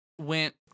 went